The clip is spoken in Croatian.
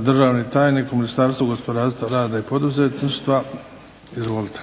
državni tajnik u Ministarstvu gospodarstva, rada i poduzetništva. Izvolite.